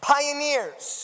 Pioneers